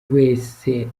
wese